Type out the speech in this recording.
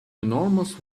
enormous